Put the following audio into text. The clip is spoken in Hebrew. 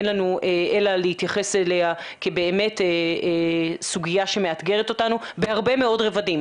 אין לנו אלא להתייחס אליה כאל סוגיה שמאתגרת אותנו בהרבה מאוד רבדים